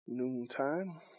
Noontime